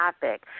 topic